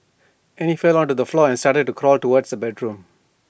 Annie fell onto the floor and started to crawl towards her bedroom